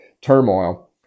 turmoil